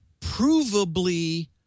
provably